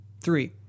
Three